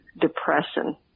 Depression